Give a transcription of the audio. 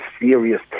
serious